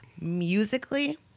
Musically